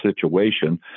situation